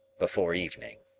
before evening.